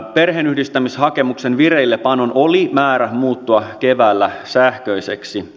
perheenyhdistämishakemuksen vireillepanon oli määrä muuttua keväällä sähköiseksi